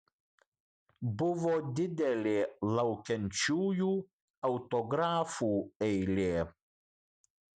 buvo didelė laukiančiųjų autografų eilė